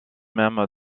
même